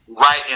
right